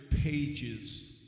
pages